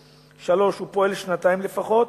3. הוא פועל שנתיים לפחות,